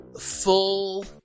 full